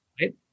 Right